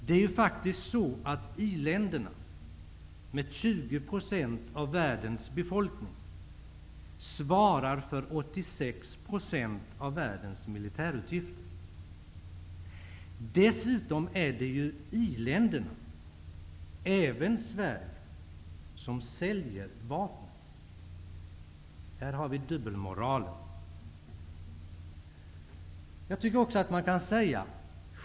Det är ju faktiskt så att i-länderna, med 20 % av världens befolkning, svarar för 86 % av världens militärutgifter. Dessutom är det iländerna, även Sverige, som säljer vapnen. Här har vi dubbelmoralen!